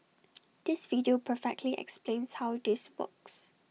this video perfectly explains how this works